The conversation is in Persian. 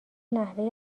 نحوه